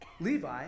Levi